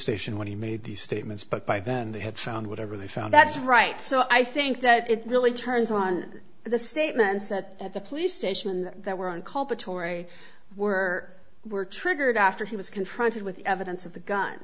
station when he made these statements but by then they had found whatever they found that's right so i think that it really turns on the statements that the police station that were on culpa torrie were were triggered after he was confronted with evidence of the gun